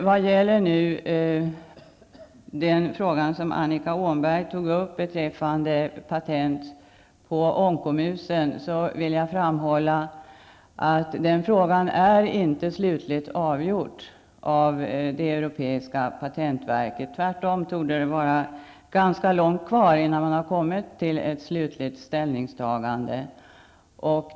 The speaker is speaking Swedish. Vad gäller den fråga som Annika Åhnberg tog upp, beträffande patent på onkomusen, vill jag framhålla att den frågan inte är slutligt avgjord av det europeiska patentverket. Tvärtom torde det vara ganska långt kvar innan man har kommit till ett slutligt ställningstagande.